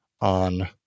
on